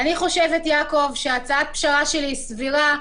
אני חושבת, יעקב, שהצעת הפשרה שלי היא סבירה.